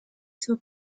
zur